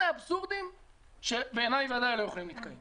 אלה אבסורדים שבעיני בוודאי לא יכולים להתקיים.